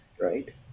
right